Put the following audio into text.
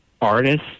artists